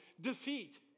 defeat